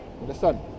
understand